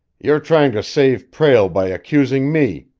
you are trying to save prale by accusing me!